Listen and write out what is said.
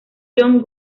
john